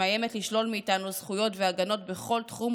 שמאיימת לשלול מאיתנו זכויות והגנות בכל תחום,